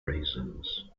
reasons